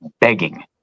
Begging